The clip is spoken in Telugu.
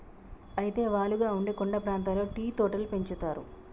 అయితే వాలుగా ఉండే కొండ ప్రాంతాల్లో టీ తోటలు పెంచుతారు